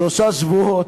שלושה שבועות,